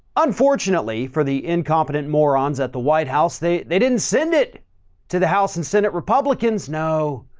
unfortunately for the incompetent morons at the white house, they they didn't send it to the house and senate republicans. no,